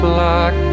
Black